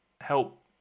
help